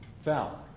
fell